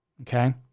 Okay